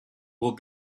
will